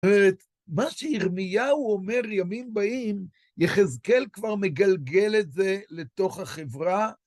זאת אומרת, מה שירמיהו אומר ימים באים, יחזקאל כבר מגלגל את זה לתוך החברה.